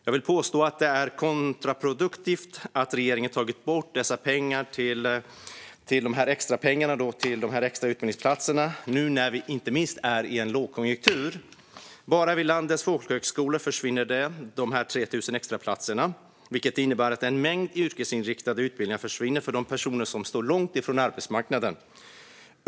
Jag vill påstå att det är kontraproduktivt att regeringen tagit bort pengarna till extra utbildningsplatser, inte minst nu i en lågkonjunktur. Bara vid landets folkhögskolor försvinner 3 000 extraplatser, vilket innebär att en mängd yrkesinriktade utbildningar försvinner för de personer som står långt från arbetsmarknaden.